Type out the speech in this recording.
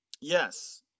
Yes